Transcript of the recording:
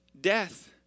death